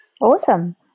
Awesome